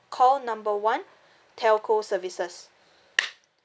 call number one telco services